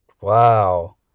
Wow